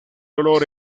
olor